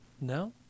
No